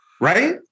right